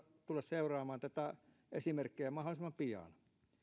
tulla seuraamaan tätä esimerkkiä mahdollisimman pian